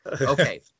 Okay